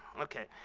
okay,